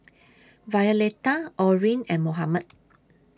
Violeta Orin and Mohamed